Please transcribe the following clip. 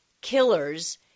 killers